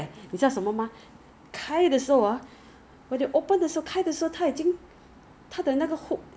no choice what my thing no choice because everything so how how Taobao works is like you buy you buy um